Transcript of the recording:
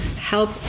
help